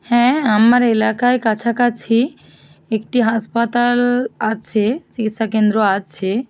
হ্যাঁ আমার এলাকায় কাছাকাছি একটি হাসপাতাল আছে চিকিৎসাকেন্দ্র আছে